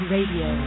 Radio